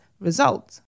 results